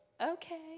okay